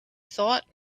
thought